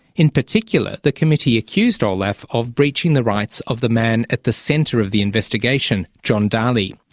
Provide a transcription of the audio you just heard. in particular the committee accused olaf of breaching the rights of the man at the centre of the investigation, john dalli.